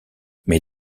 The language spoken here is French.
mais